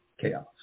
chaos